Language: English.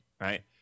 right